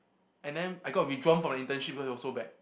and then I got withdrawn from my internship because it was so bad